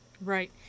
Right